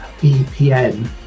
VPN